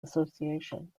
association